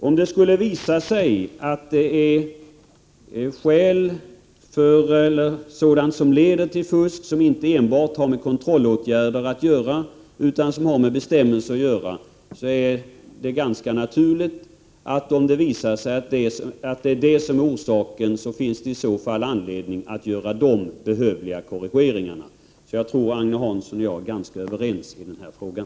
Om det skulle visa sig att fusk kan stävjas inte enbart genom kontrollåtgärder utan även genom en ändring av bestämmelser finns det anledning att göra de behövliga korrigeringarna. Jag tror att Agne Hansson och jag är ganska överens i den här frågan.